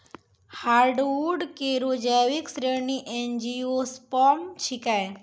hardwood केरो जैविक श्रेणी एंजियोस्पर्म छिकै